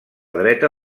dreta